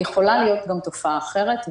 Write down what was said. יכולה להיות גם תופעה אחרת.